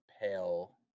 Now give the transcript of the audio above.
pale